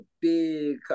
big